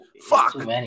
Fuck